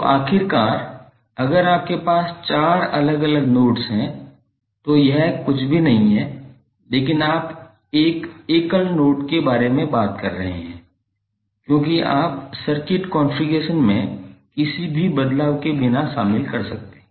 तो आखिरकार अगर आपके पास चार अलग अलग नोड्स हैं तो यह कुछ भी नहीं है लेकिन आप एक एकल नोड के बारे में बात कर रहे हैं क्योंकि आप सर्किट कॉन्फ़िगरेशन में किसी भी बदलाव के बिना शामिल कर सकते हैं